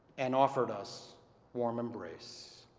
and offered us warm embrace.